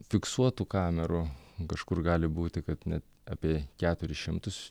fiksuotų kamerų kažkur gali būti kad net apie keturis šimtus